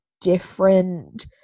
different